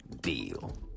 deal